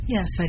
Yes